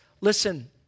listen